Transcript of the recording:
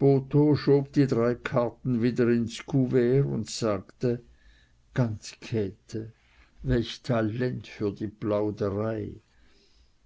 die drei karten wieder ins couvert und sagte ganz käthe welch talent für die plauderei